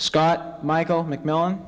scott michael mcmillan